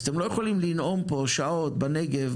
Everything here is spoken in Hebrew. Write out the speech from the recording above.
אז אתם לא יכולים לנאום פה שעות בנגב,